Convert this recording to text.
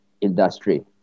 industry